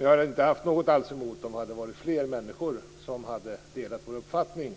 Jag hade inte alls haft något emot om fler människor delat vår uppfattning